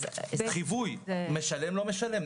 חיווי אם משלם או לא משלם,